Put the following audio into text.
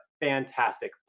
fantastic